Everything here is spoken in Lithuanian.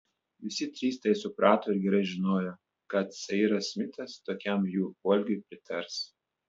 visi trys tai suprato ir gerai žinojo kad sairas smitas tokiam jų poelgiui pritars